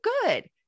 good